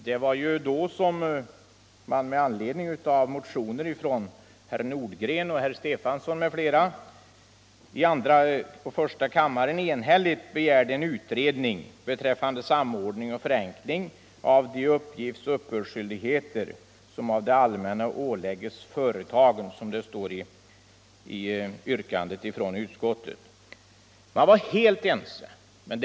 Det var då som man, med anledning av motioner av herr Stefanson m.fl. och herr Nordgren m.fl., i första och andra kammaren enhälligt begärde en utredning ”beträffande samordning och förenkling av de uppgiftsoch uppbördsskyldigheter som av det allmänna ålägges företagen”, som det står i yrkandet från utskottet. Man var helt ense om det.